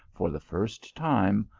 for the first time,